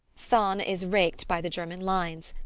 thann is raked by the german lines,